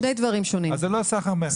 אז זה לא סחר מכר.